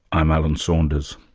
i'm alan saunders.